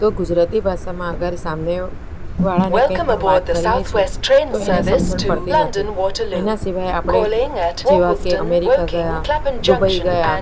તો ગુજરાતી ભાષામાં અગર સામે વાળાને કંઈ પણ વાત કરીએ છીએ તો એને સમજણ પડતી નથી એના સિવાય આપણે જેવા કે અમેરિકા ગયા દુબઈ ગયા